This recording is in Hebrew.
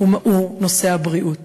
הוא נושא הבריאות.